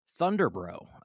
Thunderbro